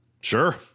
sure